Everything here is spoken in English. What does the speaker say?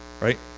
Right